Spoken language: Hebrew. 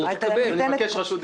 וגם חבר